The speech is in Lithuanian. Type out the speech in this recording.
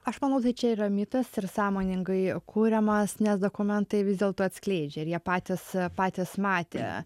aš manau tai čia yra mitas ir sąmoningai kuriamas nes dokumentai vis dėlto atskleidžia ir jie patys patys matė